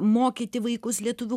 mokyti vaikus lietuvių